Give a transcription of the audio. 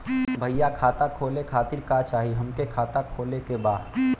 भईया खाता खोले खातिर का चाही हमके खाता खोले के बा?